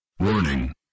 Warning